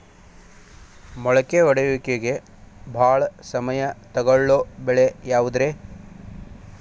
ಮೊಳಕೆ ಒಡೆಯುವಿಕೆಗೆ ಭಾಳ ಸಮಯ ತೊಗೊಳ್ಳೋ ಬೆಳೆ ಯಾವುದ್ರೇ?